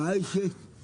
הבעיה שיש